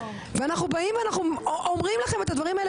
ואנחנו באים ואנחנו אומרים לכם את הדברים האלה